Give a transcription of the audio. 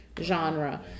genre